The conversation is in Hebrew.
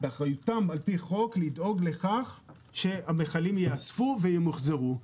לפי חוק, שהמכלים ייאספו וימוחזרו.